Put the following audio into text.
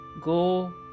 go